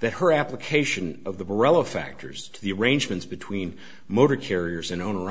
that her application of the burrell of factors to the arrangements between motor carriers and owner